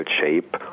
shape